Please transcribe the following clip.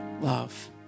love